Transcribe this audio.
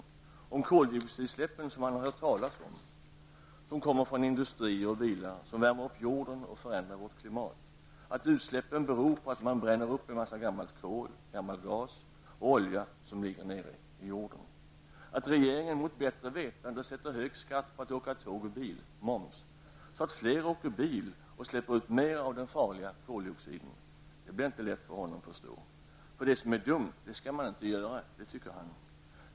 Det är svårt att förklara koldioxidutsläppen, som han har hört talas om, från industrier och bilar som värmer upp jorden och förändrar vårt klimat, att utsläppen beror på att man bränner upp en massa gammalt kol, gammal gas och olja som ligger nere i jorden. Att regeringen mot bättre vetande sätter hög skatt på att åka tåg och båt, så att fler åker bil och släpper ut mera av den farliga koldioxiden, det blir inte lätt för Albert att förstå, för det som är dumt skall man inte göra, tycker han.